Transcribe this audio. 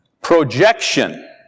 Projection